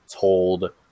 told